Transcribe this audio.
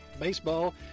baseball